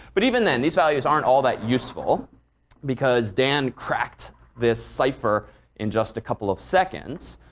but even then, these values aren't all that useful because dan cracked this cipher in just a couple of seconds.